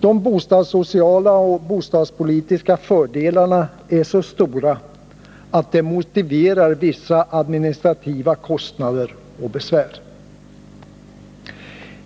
De bostadssociala och bostadspolitiska fördelarna är så stora att det motiverar vissa administrativa kostnader och besvär.